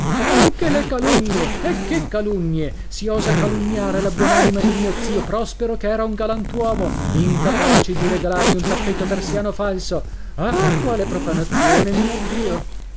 anche le calunnie e che calunnie si osa calunniare la buon'anima di mio zio prospero che era un galantuomo incapace di regalarmi un tappeto persiano falso ah quale profanazione mio dio